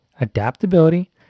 adaptability